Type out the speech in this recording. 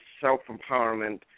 self-empowerment